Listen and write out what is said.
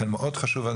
לכן חשוב מאוד.